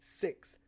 six